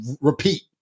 repeat